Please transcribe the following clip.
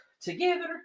together